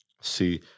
See